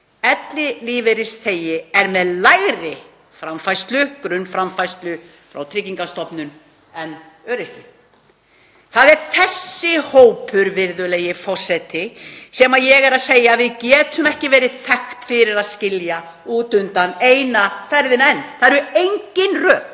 Ellilífeyrisþegi er með lægri grunnframfærslu frá Tryggingastofnun en öryrki. Það er þessi hópur, virðulegi forseti, sem ég er að segja að við getum ekki verið þekkt fyrir að skilja út undan eina ferðina enn. Það eru engin rök,